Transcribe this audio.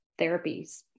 therapies